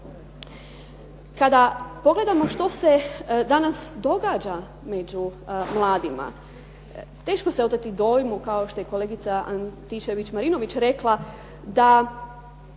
Kada pogledamo što se danas događa među mladima, teško se odati dojmu kao što je kolegica Anitčević-Marinović rekla da